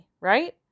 right